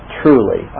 truly